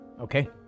okay